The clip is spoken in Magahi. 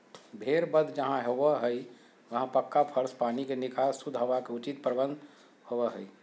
भेड़ वध जहां होबो हई वहां पक्का फर्श, पानी के निकास, शुद्ध हवा के उचित प्रबंध होवअ हई